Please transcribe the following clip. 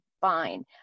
fine